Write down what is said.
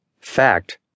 fact